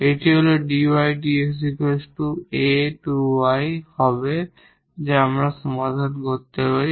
এটি হল 𝑑𝑦 𝑑𝑥 𝛼2𝑦 হবে যা আমরা সমাধান করতে পারি